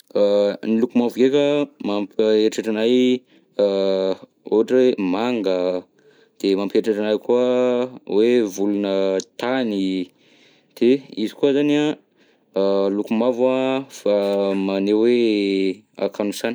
Ny loko mavo ndreka, mampieritreritra anahy ohatra hoe manga, de mapieritreritra anahy koa hoe volona tany, de izy koa zany an, loko mavo an fa maneho hoe hakanosana.